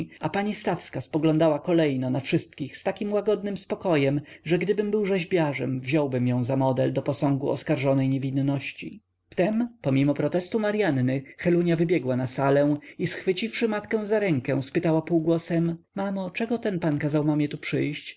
a pani stawska spoglądała kolejno na wszystkich z takim łagodnym spokojem że gdybym był rzeźbiarzem wziąłbym ją za model do posągu oskarżonej niewinności wtem pomimo protestu maryanny helunia wybiegła na salę i schwyciwszy matkę za rękę spytała półgłosem mamo czego ten pan kazał mamie tu przyjść